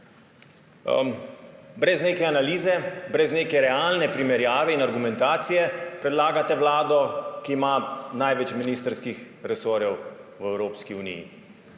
Brez neke analize, brez neke realne primerjave in argumentacije predlagate vlado, ki ima največ ministrskih resorjev v Evropski unija,